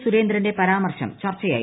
സുരേന്ദ്രന്റെ പരാമർശം ചർച്ചയായിരുന്നു